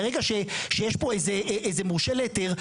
ברגע שיש פה איזה מורשה להיתר,